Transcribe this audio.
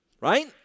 right